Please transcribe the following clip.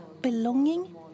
belonging